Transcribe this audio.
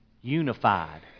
unified